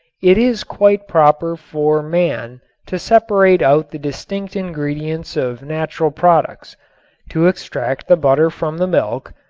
it is quite proper for man to separate out the distinct ingredients of natural products to extract the butter from the milk,